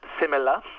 similar